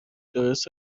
درست